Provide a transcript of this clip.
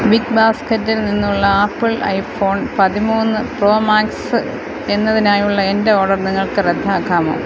big ബാസ്ക്കറ്റിൽ നിന്നുള്ള Apple iPhone പതിമൂന്ന് പ്രോ മാക്സ് എന്നതിനായുള്ള എൻ്റെ ഓഡർ നിങ്ങൾക്ക് റദ്ദാക്കാമോ